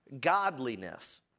godliness